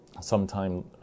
Sometime